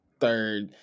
third